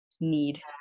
need